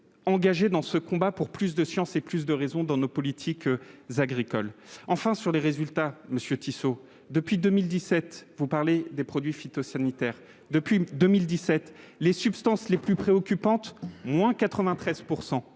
engagé dans ce combat pour plus de sciences et plus de raison dans nos politiques agricoles enfin sur les résultats, monsieur Tissot depuis 2017, vous parlez des produits phytosanitaires, depuis 2017 les substances les plus préoccupantes : moins 93